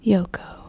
Yoko